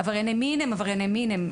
עברייני מין הם עברייני מין.